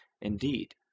Indeed